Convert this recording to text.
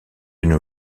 nos